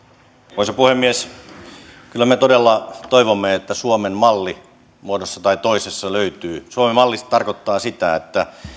arvoisa puhemies kyllä me todella toivomme että suomen malli muodossa tai toisessa löytyy suomen malli tarkoittaa sitä